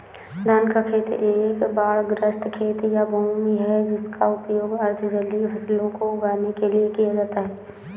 धान का खेत एक बाढ़ग्रस्त खेत या भूमि है जिसका उपयोग अर्ध जलीय फसलों को उगाने के लिए किया जाता है